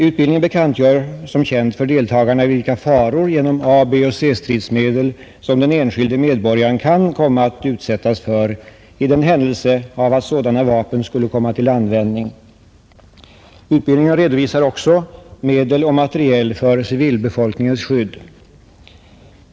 Utbildningen bekantgör för deltagarna vilka faror genom ABC-stridsmedel som den enskilde medborgaren kan komma att utsättas för i händelse av krig och redovisar även medel och materiel för civilbefolkningens skydd.